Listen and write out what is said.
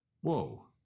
Whoa